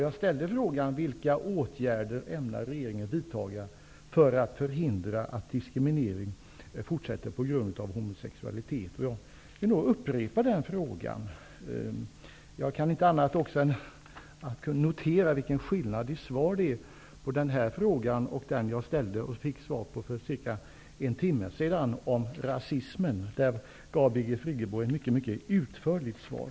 Jag ställde frågan vilka åtgärder regeringen ämnar vidtaga för att förhindra att diskriminering på grund av homosexualitet fortsätter. Jag vill upprepa den frågan. Jag kan inte heller annat än notera vilken skillnad det är på det här svaret och det svar som jag för cirka en timme sedan fick på min fråga om rasismen. Då gav Birgit Friggebo ett mycket utförligt svar.